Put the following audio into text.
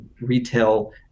retail